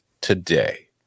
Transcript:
today